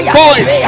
boys